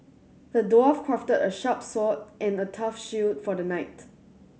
the dwarf crafted a sharp sword and a tough shield for the knight